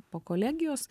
po kolegijos